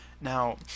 Now